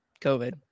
covid